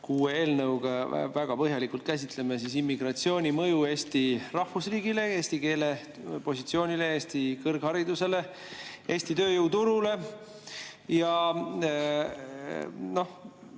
OTRK, väga põhjalikult käsitleme immigratsiooni mõju Eesti rahvusriigile, eesti keele positsioonile, Eesti kõrgharidusele, Eesti tööjõuturule. Minu